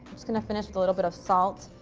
just gonna finish with a little bit of salt.